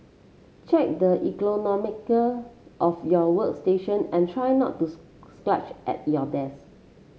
check the ergonomics of your workstation and try not to slouch at your desk